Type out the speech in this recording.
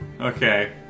Okay